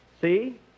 See